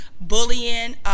bullying